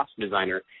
designer